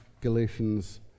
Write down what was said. Galatians